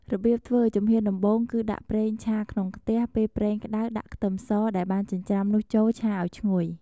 របៀបធ្វើ ជំហានដំបូង គឺ ដាក់ប្រេងឆាក្នុងខ្ទះ ពេលប្រេងក្ដៅដាក់ខ្ទឹមសដែលបានចិញ្ច្រាំនោះចូល ឆាឱ្យឈ្ងុយ។